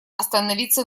остановиться